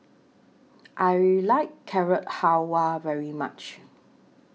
I like Carrot Halwa very much